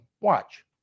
watch